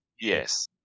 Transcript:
yes